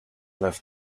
left